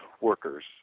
workers